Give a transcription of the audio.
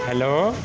hello